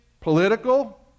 political